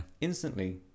instantly